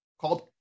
called